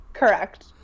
Correct